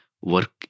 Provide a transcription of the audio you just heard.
work